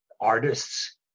artists